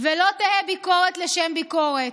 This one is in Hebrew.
ולא תהא ביקורת לשם ביקורת.